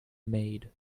maid